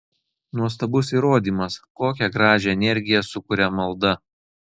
nuostabus įrodymas kokią gražią energiją sukuria malda